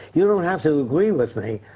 you don't have to agree with me.